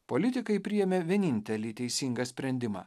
politikai priėmė vienintelį teisingą sprendimą